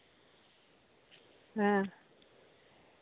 ᱦᱮᱸ